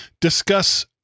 discuss